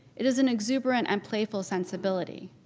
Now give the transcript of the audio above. it is an exuberant and playful sensibility,